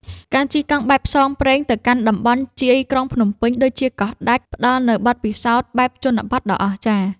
ការជិះកង់បែបផ្សងព្រេងទៅកាន់តំបន់ជាយក្រុងភ្នំពេញ ដូចជាកោះដាច់ ផ្ដល់នូវបទពិសោធន៍បែបជនបទដ៏អស្ចារ្យ។